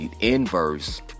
inverse